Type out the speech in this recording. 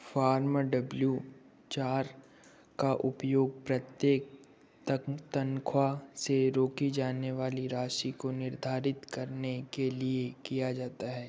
farm W चार का उपयोग प्रत्येक तनख़्वाह से रोकी जाने वाली राशि को निर्धारित करने के लिए किया जाता है